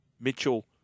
Mitchell